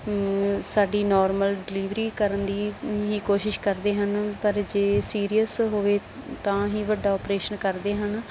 ਸਾਡੀ normal delivery ਕਰਨ ਦੀ ਹੀ ਕੋਸ਼ਿਸ਼ ਕਰਦੇ ਹਨ ਪਰ ਜੇ ਸੀਰੀਅਸ ਹੋਵੇ ਤਾਂ ਹੀ ਵੱਡਾ ਆਪਰੇਸ਼ਨ ਕਰਦੇ ਹਨ